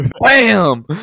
bam